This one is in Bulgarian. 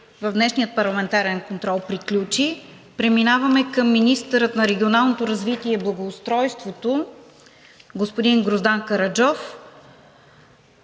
в днешния парламентарен контрол приключи. Преминаваме към министъра на регионалното развитие и благоустройството господин Гроздан Караджов.